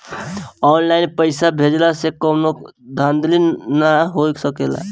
online पइसा भेजला से कवनो धांधली नाइ हो सकेला